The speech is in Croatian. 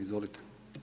Izvolite.